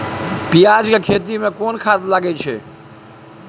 पियाज के खेती में कोन खाद लगे हैं?